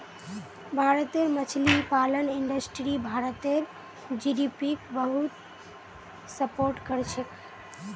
भारतेर मछली पालन इंडस्ट्री भारतेर जीडीपीक बहुत सपोर्ट करछेक